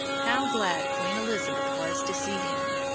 how glad queen elizabeth was to see him!